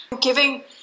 giving